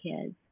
kids